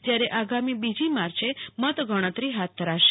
જયારે આગામી બીજી માર્ચે મતગણતરી હાથ ધરાશે